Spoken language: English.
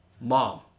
mom